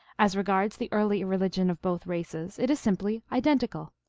as regards the early religion of both races, it is simply identical,